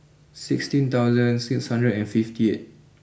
sixteen dollar six hundred and fifty eight